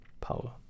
power